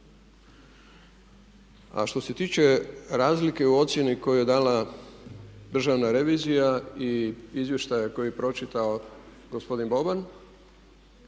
A što se tiče razlike u ocijeni koju je dala državna revizija i izvještaje koji je pročitao gospodin Boban,